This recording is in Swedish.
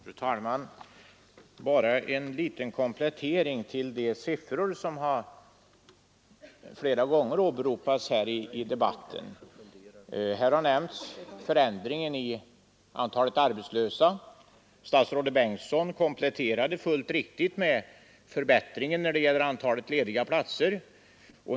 Fru talman! Bara en liten komplettering till de siffror som flera gånger har åberopats i debatten. Här har nämnts förändringen i antalet arbetslösa, och statsrådet Bengtsson har fullt riktigt kompletterat med den förbättring som skett i antalet lediga platser.